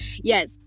yes